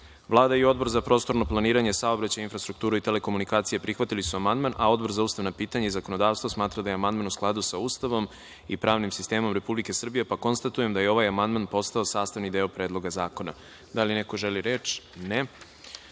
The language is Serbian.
i Odbor za prostorno planiranje, saobraćaj, infrastrukturu i telekomunikacije prihvatili su amandman, a Odbor za ustavna pitanja i zakonodavstvo smatra da je amandman u skladu sa Ustavom i pravnim sistemom Republike Srbije, pa konstatujem da je ovaj amandman postao sastavni deo Predloga zakona. Da li neko želi reč?